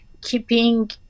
keeping